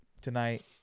tonight